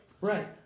right